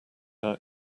our